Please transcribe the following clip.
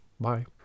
Bye